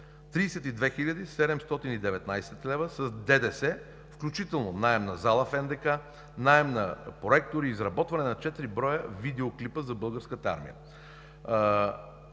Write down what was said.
32 719 лв. с ДДС, включително наем на зала в НДК, наем на проектори и изработване на четири броя видеоклипа за българската армия.